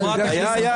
הייתה.